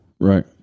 right